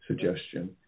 suggestion